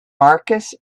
marcus